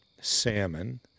salmon